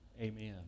amen